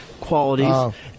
qualities